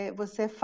você